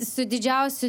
su didžiausiu